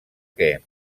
que